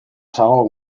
zagok